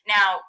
Now